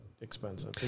expensive